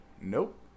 Nope